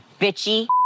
bitchy